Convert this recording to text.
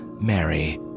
Mary